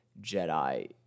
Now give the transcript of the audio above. Jedi